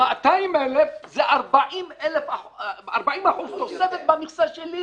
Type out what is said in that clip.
200,000 זה 40% תוספת במכסה שלי.